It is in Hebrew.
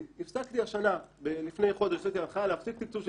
לפני חודש נתתי הנחיה להפסיק תקצוב של